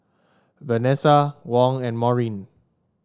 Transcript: Venessa Wong and Maurine